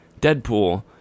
Deadpool